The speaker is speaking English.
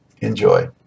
Enjoy